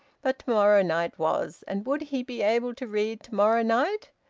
but to-morrow night was. and would he be able to read to-morrow night?